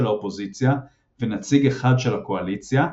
האופוזיציה ונציג אחד של הקואליציה,